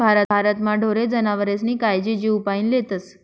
भारतमा ढोरे जनावरेस्नी कायजी जीवपाईन लेतस